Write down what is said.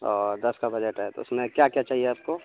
اور دس کا بجٹ ہے تو اس میں کیا کیا چاہیے آپ کو